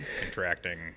contracting